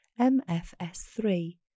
MFS3